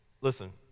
Listen